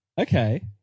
okay